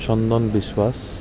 চন্দন বিশ্বাস